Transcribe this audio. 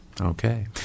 Okay